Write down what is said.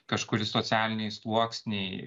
kažkuris socialiniai sluoksniai